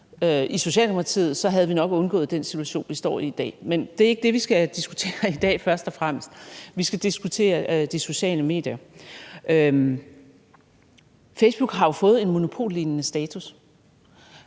i Socialdemokratiet, havde vi nok undgået den situation, vi står i i dag. Men det er ikke det, vi skal diskutere i dag først og fremmest. Vi skal diskutere de sociale medier. Facebook har jo fået en monopollignende status.